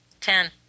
Ten